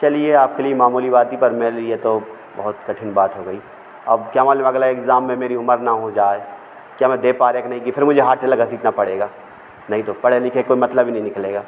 चलिए आपके लिए मामूली बात थी पर मेरे लिए तो बहुत कठिन बात हो गई अब क्या मालूम अगले इग्ज़ाम में मेरी उमर ना हो जाए क्या मैं दे पा रहा कि नहीं फिर मुझे पड़ेगा नहीं तो पढ़े लिखे कोई मतलब ही नहीं निकलेगा